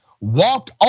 walked